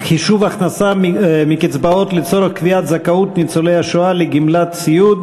חישוב הכנסה מקצבאות לצורך קביעת זכאות ניצולי שואה לגמלת סיעוד),